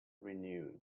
renew